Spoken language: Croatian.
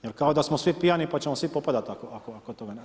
Jer kao da smo svi pijani pa ćemo svi popadati ako toga nema.